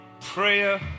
prayer